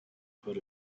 put